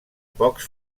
pocs